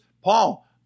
Paul